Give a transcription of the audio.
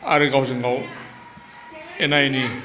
आरो गावजों गाव एना एनि